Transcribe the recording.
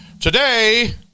today